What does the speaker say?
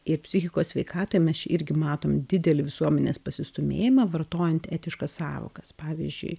ir psichikos sveikatoj mes čia irgi matom didelį visuomenės pasistūmėjimą vartojant etiškas sąvokas pavyzdžiui